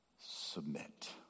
submit